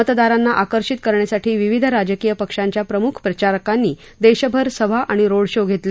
मतदारांना आकर्षित करण्यासाठी विविध राजकीय पक्षांच्या प्रमुख प्रचारकांनी देशभर सभा आणि रोड शो घेतले